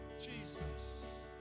Jesus